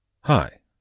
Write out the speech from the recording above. Hi